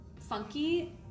funky